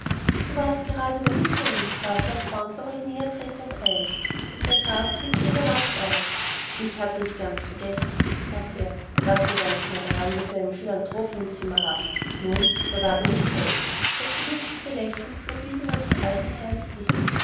so war's gerade bei michael warf lord fauntleroy näher tretend ein der graf blickte überrascht auf dich hatte ich ganz vergessen sagte er dachte gar nicht mehr daran daß wir einen philanthropen im zimmer haben nun wer war denn michael und das belustigte lächeln flog wieder über des alten herrn gesicht